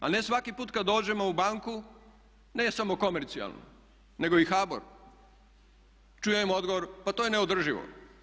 A ne svaki put kad dođemo u banku ne samo komercijalnu, nego i HBOR čujem odgovor, pa to je neodrživo.